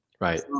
Right